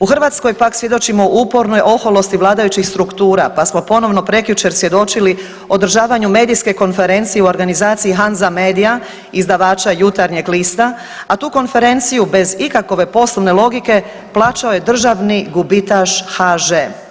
U Hrvatskoj pak svjedočimo upornoj oholosti vladajućih struktura pa smo ponovno prekjučer svjedočili održavanju medijske konferencije u organizaciji Hanza medija, izdavača Jutarnjeg lista, a tu konferenciju bez ikakove poslovne logike plaćao je državni gubitaš HŽ.